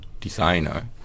designer